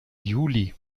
juli